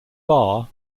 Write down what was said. barr